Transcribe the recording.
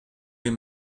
les